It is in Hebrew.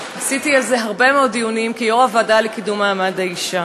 קיימתי על זה הרבה מאוד דיונים כיושבת-ראש הוועדה לקידום מעמד האישה.